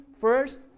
first